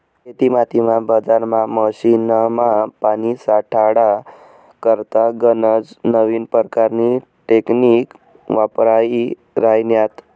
शेतीमातीमा, बजारमा, मशीनमा, पानी साठाडा करता गनज नवीन परकारनी टेकनीक वापरायी राह्यन्यात